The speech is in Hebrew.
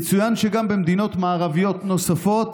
יצוין שגם במדינות מערביות נוספות